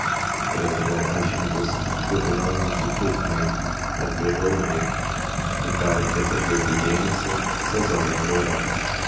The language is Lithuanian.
privalu aiškintis kur yra mūsų trūkumai ar privalumai į ką reiktų atkreipti dėmesį sezono eigoje